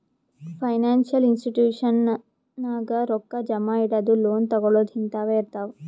financial institution ನಾಗ್ ರೊಕ್ಕಾ ಜಮಾ ಇಡದು, ಲೋನ್ ತಗೋಳದ್ ಹಿಂತಾವೆ ಇರ್ತಾವ್